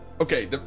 Okay